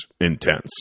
intense